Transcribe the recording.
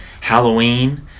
Halloween